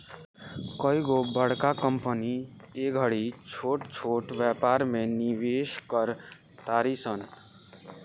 कइगो बड़का कंपनी ए घड़ी छोट छोट व्यापार में निवेश कर तारी सन